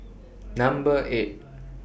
Number eight